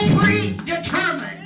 predetermined